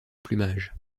plumage